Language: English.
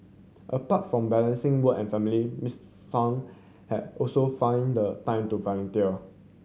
apart from balancing work and family Miss Sun had also find the time to volunteer